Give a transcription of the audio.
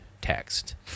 text